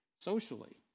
socially